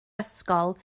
ysgol